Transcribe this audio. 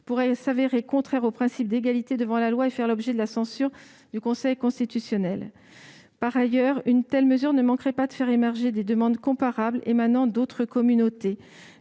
pourrait se révéler contraire au principe d'égalité devant la loi et faire l'objet de la censure du Conseil constitutionnel. Par ailleurs, une telle mesure ne manquerait pas de faire émerger des demandes comparables émanant d'autres communautés.